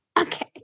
Okay